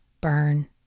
burn